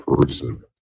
person